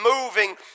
moving